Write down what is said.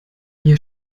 ihr